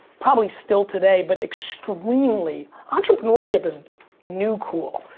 probably, still today, but, extremely, entrepreneurship is new cool.